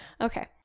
Okay